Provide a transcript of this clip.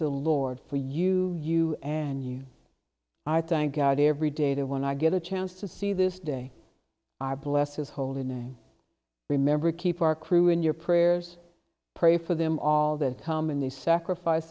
the lord for you you and you i thank god every day to when i get a chance to see this day i bless his holy name remember keep our crew in your prayers pray for them all that come and they sacrifice